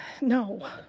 No